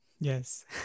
Yes